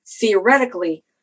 theoretically